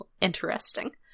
interesting